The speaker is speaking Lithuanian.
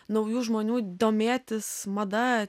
naujų žmonių domėtis mada